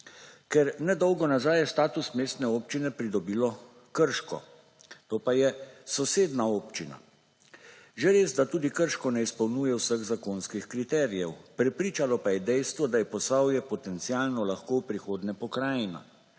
Ker ne dolgo nazaj je status mestne občine pridobilo Krško, to pa je sosednja občina. Že res, da tudi Krško ne izpolnjuje vseh zakonskih kriterijev, prepričalo pa je dejstvo, da je Posavje potencialno lahko v prihodnje pokrajina,